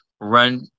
run